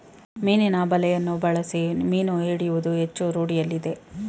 ಮೀನಿನ ಬಲೆಯನ್ನು ಬಳಸಿ ಮೀನು ಹಿಡಿಯುವುದು ಹೆಚ್ಚು ರೂಢಿಯಲ್ಲಿದೆ